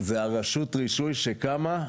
זה הרשות רישוי שקמה,